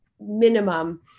minimum